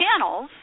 channels